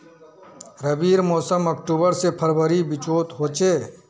रविर मोसम अक्टूबर से फरवरीर बिचोत होचे